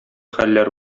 хәлләр